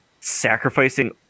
sacrificing